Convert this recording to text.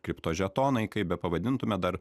kriptožetonai kaip bepavadintume dar